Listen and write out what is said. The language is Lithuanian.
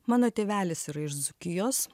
mano tėvelis yra iš dzūkijos